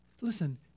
listen